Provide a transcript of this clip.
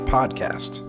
Podcast